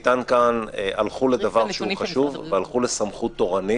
הלכו לדבר שהוא חשוב והלכו לסמכות תורנית.